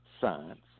science